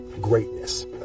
greatness